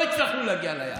לא הצלחנו להגיע ליעד.